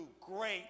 great